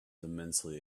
immensely